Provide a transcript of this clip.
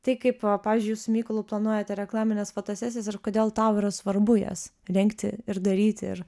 tai kaip pavyzdžiui su mykolu planuojate reklamines fotosesijas ir kodėl tau yra svarbu jas rengti ir daryti ir